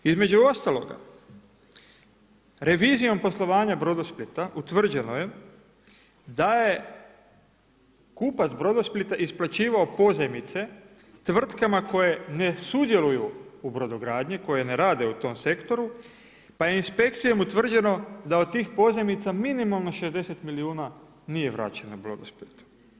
Između ostaloga, revizijom poslovanja Brodosplita utvrđeno je da je kupac Brodosplita isplaćivao pozajmice tvrtkama koje ne sudjeluju u brodogradnji koje ne rade u tom sektoru, pa je inspekcijom utvrđeno da od tih pozajmica minimalno 60 milijuna nije vraćeno Brodosplitu.